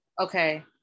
Okay